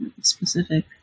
specific